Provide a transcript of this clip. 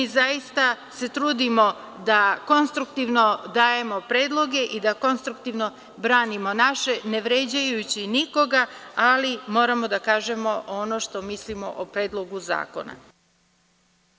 Zaista se trudimo da konstruktivno dajemo predloge i da konstruktivno branimo naše, ne vređajući nikoga, ali moramo da kažemo ono što mislimo o Predlogu zakona.